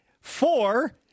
four